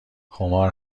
خمار